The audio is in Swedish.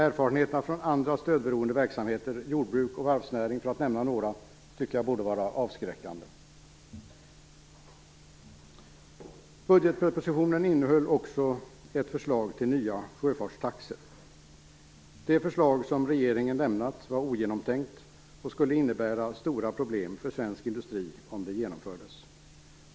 Erfarenheterna från andra stödberoende verksamheter, jordbruk och varvsnäring för att nämna några, tycker jag borde vara avskräckande! Budgetpropositionen innehöll också ett förslag till nya sjöfartstaxor. Det förslag som regeringen har lämnat var ogenomtänkt och skulle innebära stora problem för svensk industri om det genomfördes.